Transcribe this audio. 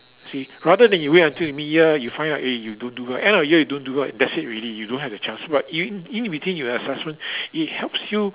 see rather than you wait until mid year you find out eh you don't do well end of year you don't well that's it already you don't have a chance but in in between you have assessment it helps you